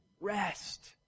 rest